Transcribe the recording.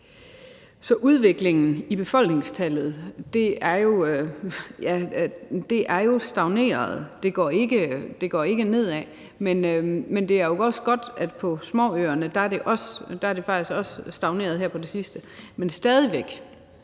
at udviklingen i befolkningstallet er stagneret. Det går ikke nedad, men det er også stagneret på småøerne her på det sidste.